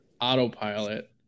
autopilot